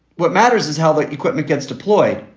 what matters is how the equipment gets deployed.